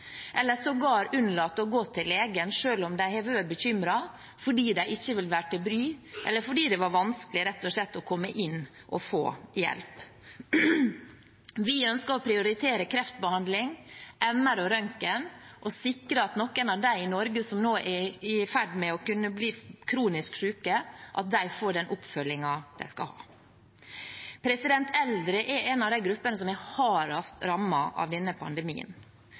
eller sågar unnlatt å gå til legen selv om de har vært bekymret, fordi de ikke vil være til bry, eller fordi det rett og slett var vanskelig å komme inn og få hjelp. Vi ønsker å prioritere kreftbehandling, MR og røntgen og sikre at noen av dem i Norge som nå er i ferd med å kunne bli kronisk syke, får den oppfølgingen de skal ha. Eldre er en av de gruppene som er hardest rammet av denne pandemien.